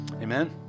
Amen